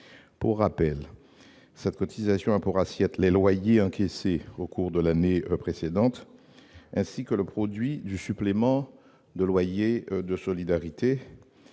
Pour rappel, cette cotisation a pour assiette les loyers encaissés au cours de l'année précédente, ainsi que le produit du supplément de loyer de solidarité,